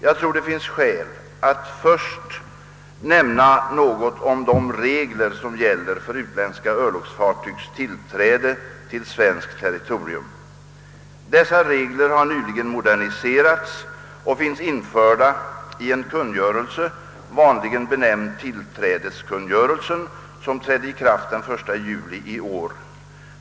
Jag tror det finns skäl att först nämna något om de regler som gäller för utländska örlogsfartygs tillträde till svenskt territorium. Dessa regler har nyligen moderniserats och finns införda i en kungörelse, vanligen benämnd tillträdeskungörelsen, som trädde i kraft den 1 juli i år.